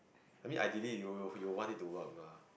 I mean I did it you you will want it to work mah